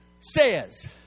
says